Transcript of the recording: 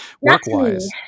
work-wise